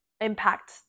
impact